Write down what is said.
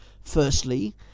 Firstly